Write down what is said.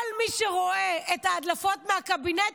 כל מי שרואה את ההדלפות מהקבינט,